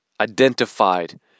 Identified